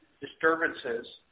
disturbances